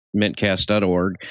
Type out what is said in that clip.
Mintcast.org